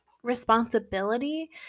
responsibility